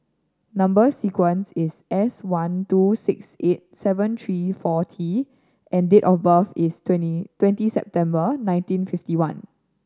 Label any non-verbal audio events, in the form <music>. number sequence is S one two six eight seven three four T and date of birth is <unintelligible> twenty September nineteen fifty one